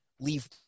leave